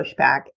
pushback